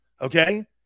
Okay